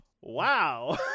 wow